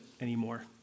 anymore